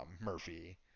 Murphy